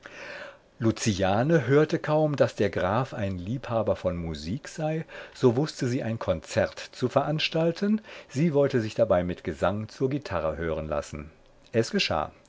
hörte kaum daß der graf ein liebhaber von musik sei so wußte sie ein konzert zu veranstalten sie wollte sich dabei mit gesang zur gitarre hören lassen es geschah